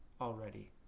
already